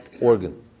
organ